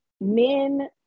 men